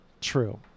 true